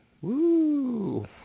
Woo